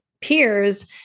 peers